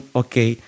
okay